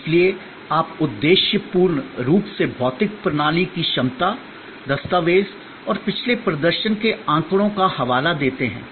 इसलिए आप उद्देश्यपूर्ण रूप से भौतिक प्रणाली की क्षमता दस्तावेज़ और पिछले प्रदर्शन के आँकड़ों का हवाला देते हैं आदि